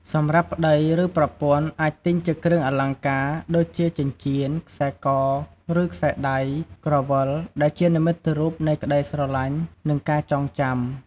សម្រាប់ប្ដី ឬប្រពន្ធ អាចទិញជាគ្រឿងអលង្ការ ដូចជាចិញ្ចៀន ខ្សែក ឬខ្សែដៃ ក្រវិល ដែលជានិមិត្តរូបនៃក្តីស្រឡាញ់ និងការចងចាំ។